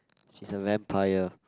she's a vampire